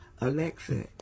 Alexa